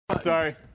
Sorry